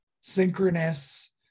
synchronous